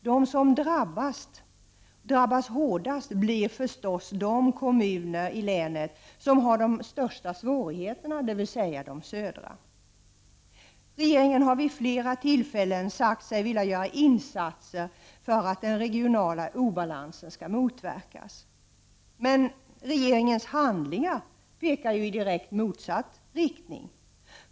De som drabbas hårdast blir förstås de kommuner i länet som har de största svårigheterna, dvs. de södra. Regeringen har vid flera tillfällen sagt sig vilja göra insatser för att den regionala obalansen skall motverkas. Men regeringens handlingar pekar ju i direkt motsatt riktning.